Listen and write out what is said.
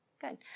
good